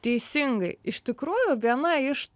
teisingai iš tikrųjų viena iš